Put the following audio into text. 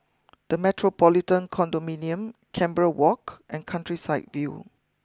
the Metropolitan Condominium Canberra walk and Countryside view